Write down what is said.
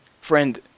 Friend